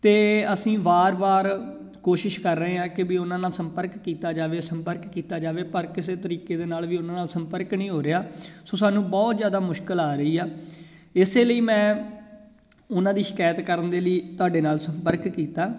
ਅਤੇ ਅਸੀਂ ਵਾਰ ਵਾਰ ਕੋਸ਼ਿਸ਼ ਕਰ ਰਹੇ ਹਾਂ ਕਿ ਵੀ ਉਹਨਾਂ ਨਾਲ ਸੰਪਰਕ ਕੀਤਾ ਜਾਵੇ ਸੰਪਰਕ ਕੀਤਾ ਜਾਵੇ ਪਰ ਕਿਸੇ ਤਰੀਕੇ ਦੇ ਨਾਲ ਵੀ ਉਹਨਾਂ ਨਾਲ ਸੰਪਰਕ ਨਹੀਂ ਹੋ ਰਿਹਾ ਸੋ ਸਾਨੂੰ ਬਹੁਤ ਜ਼ਿਆਦਾ ਮੁਸ਼ਕਿਲ ਆ ਰਹੀ ਆ ਇਸੇ ਲਈ ਮੈਂ ਉਹਨਾਂ ਦੀ ਸ਼ਿਕਾਇਤ ਕਰਨ ਦੇ ਲਈ ਤੁਹਾਡੇ ਨਾਲ ਸੰਪਰਕ ਕੀਤਾ